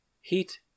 Heat